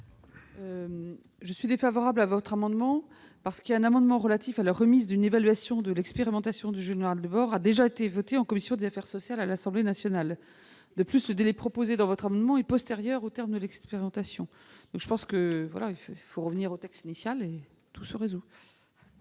Je suis défavorable à cet amendement, parce qu'un amendement relatif à la remise d'une évaluation de l'expérimentation du journal de bord a déjà été adopté en commission des affaires sociales à l'Assemblée nationale. De plus, le délai proposé dans le présent amendement est postérieur au terme de l'expérimentation. Il suffit de revenir au texte initial et tout est résolu.